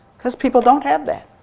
because people don't have that.